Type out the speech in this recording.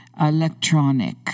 electronic